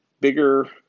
bigger